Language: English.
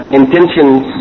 intentions